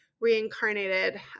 reincarnated